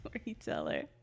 storyteller